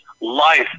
life